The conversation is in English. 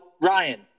Ryan